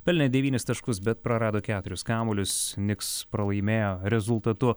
pelnė devynis taškus bet prarado keturis kamuolius niks pralaimėjo rezultatu